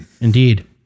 Indeed